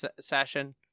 session